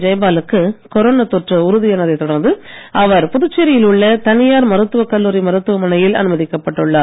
ஜெயபாலுக்கு corona தொற்று உறுதியானதை தொடர்ந்து அவர் புதுச்சேரியில் உள்ள தனியார் மருத்துவ கல்லூரி மருத்துவமனையில் அனுமதிக்கப் பட்டுள்ளார்